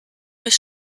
was